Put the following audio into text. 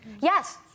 Yes